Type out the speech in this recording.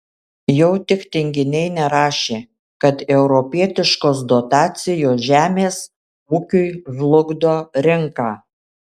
jau tik tinginiai nerašė kad europietiškos dotacijos žemės ūkiui žlugdo rinką